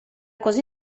così